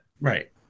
Right